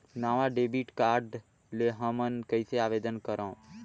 नवा debit card ले हमन कइसे आवेदन करंव?